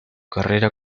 carrera